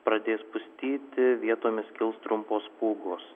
pradės pustyti vietomis kils trumpos pūgos